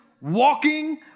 walking